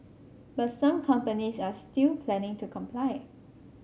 but some companies are still planning to comply